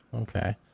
Okay